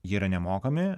jie yra nemokami